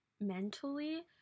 mentally